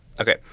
Okay